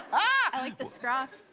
i like the scruff.